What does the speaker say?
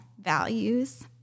values